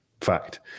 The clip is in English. fact